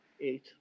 eight